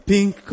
pink